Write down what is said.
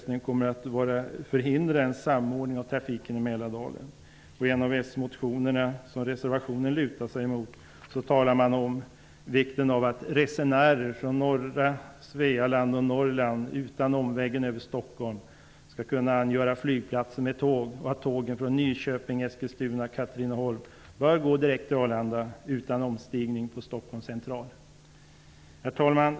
I en av s-motionerna, som reservationen lutar sig mot, framhåller man vikten av att resenärer från norra Svealand och Norrland utan omvägen över Stockholm skall kunna nå flygplatsen med tåg och att tågen från Nyköping, Eskilstuna och Katrineholm bör gå direkt till Arlanda utan omstigning på Stockholms central. Herr talman!